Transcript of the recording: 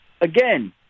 again